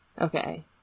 okay